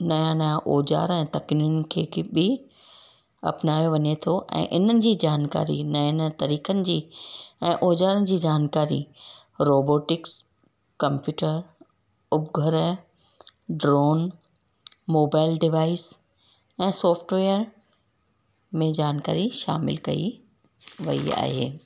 नया नया औजार ऐं तकनीकनि खे बि अपनायो वञे थो ऐं इन्हनि जी जानकारी नए नए तरीक़नि जी ऐं औजारनि जी जानकारी रोबोटिक्स कंप्यूटर उपघर ड्रॉन मोबाइल डिवाइज़ ऐं सोफ्टवेयर में जानकारी शामिल कई वई आहे